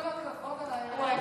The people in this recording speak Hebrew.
מגיע להגיד כל הכבוד על האירוע אתמול,